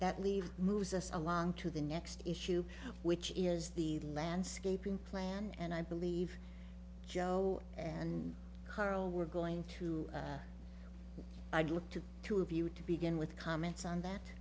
that leaves moves us along to the next issue which is the landscaping plan and i believe joe and carl were going to look to two of you to begin with comments on